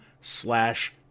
slash